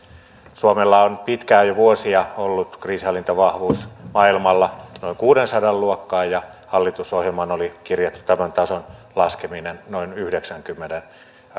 suomella on pitkään jo vuosia ollut kriisinhallintavahvuus maailmalla noin kuudensadan luokkaa ja hallitusohjelmaan oli kirjattu tämän tason laskeminen noin yhdeksäänkymmeneen